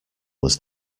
was